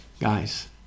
guys